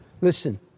Listen